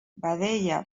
vedella